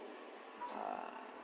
uh